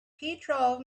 petrov